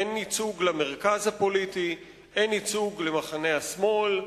אין ייצוג למרכז הפוליטי, אין ייצוג למחנה השמאל.